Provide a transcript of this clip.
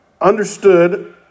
understood